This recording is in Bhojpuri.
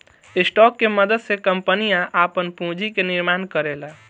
स्टॉक के मदद से कंपनियां आपन पूंजी के निर्माण करेला